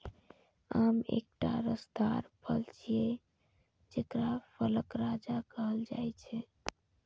आम एकटा रसदार फल छियै, जेकरा फलक राजा कहल जाइ छै